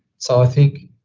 so i think,